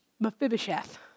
Mephibosheth